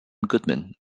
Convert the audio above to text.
goodman